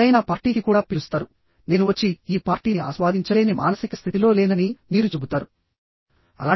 ఎవరైనా పార్టీకి కూడా పిలుస్తారు నేను వచ్చి ఈ పార్టీని ఆస్వాదించలేని మానసిక స్థితిలో లేనని మీరు చెబుతారు